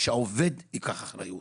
ייקח אחריות.